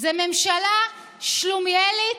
זו ממשלה שלומיאלית,